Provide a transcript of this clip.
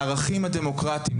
לערכים הדמוקרטיים,